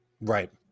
Right